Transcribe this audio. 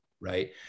Right